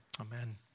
Amen